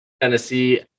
Tennessee